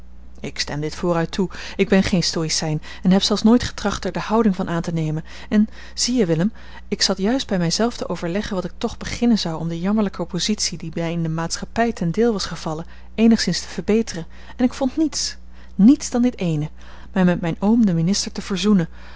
ik stem dit vooruit toe ik ben geen stoïcijn en heb zelfs nooit getracht er de houding van aan te nemen en zie je willem ik zat juist bij mij zelven te overleggen wat ik toch beginnen zou om de jammerlijke positie die mij in de maatschappij ten deel was gevallen eenigszins te verbeteren en ik vond niets niets dan dit eene mij met mijn oom den minister te verzoenen